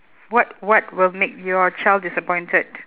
what what will make your child disappointed